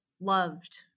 loved